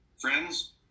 Friends